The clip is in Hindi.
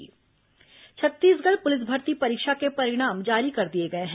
पुलिस भर्ती परिणाम छत्तीसगढ़ पुलिस भर्ती परीक्षा के परिणाम जारी कर दिए गए हैं